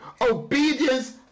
obedience